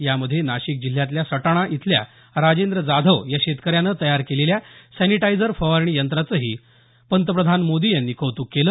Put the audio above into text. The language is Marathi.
यामध्ये नाशिक जिल्ह्यातल्या सटाणा इथल्या राजेंद्र जाधव या शेतकऱ्यानं तयार केलेल्या सॅनिटायझर फवारणी यंत्राचंही पंतप्रधान मोदी यांनी कौतुक केलं